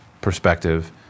perspective